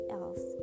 else